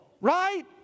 Right